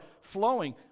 flowing